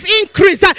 increase